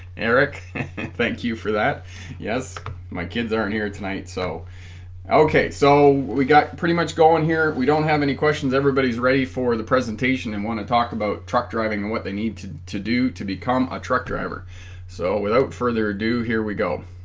eric thank you for that yes my kids aren't here tonight so okay so we got pretty much going here we don't have any questions everybody's ready for the presentation and want to talk about truck driving and what they need to to do to become a truck driver so without further ado here we go